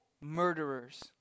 Murderers